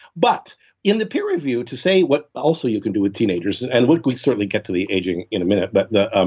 but in the peer review, to say what also you could do with teenagers, and and would we certainly get to the aging in a minute, but the, um